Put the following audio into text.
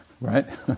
Right